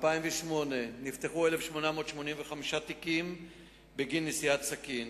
ב-2007 נפתחו 1,679 תיקי נוער בגין נשיאת סכין,